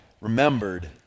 remembered